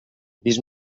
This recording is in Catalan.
dis